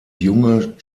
junge